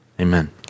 amen